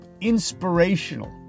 inspirational